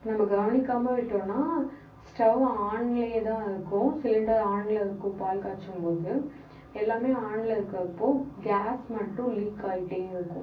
நம்ம கவனிக்காமல் விட்டோம்னா ஸ்டவ் ஆன்லேயேதான் இருக்கும் சிலிண்டர் ஆன்னில் இருக்கும் பால் காய்ச்சும்போது எல்லாமே ஆனில் இருக்கப்போது கேஸ் மட்டும் லீக் ஆகிட்டே இருக்கும்